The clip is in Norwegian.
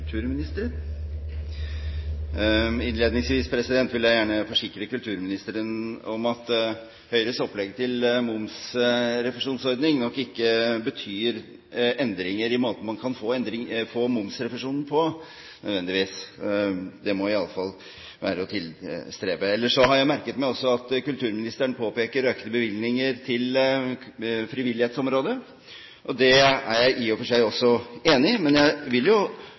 momsrefusjonsordning nok ikke nødvendigvis betyr endringer i måten man kan få momsrefusjonen på. Det må i alle fall være å tilstrebe. Ellers har jeg merket meg at kulturministeren påpeker økte bevilgninger til frivillighetsområdet. Det er jeg i og for seg enig i. Men jeg vil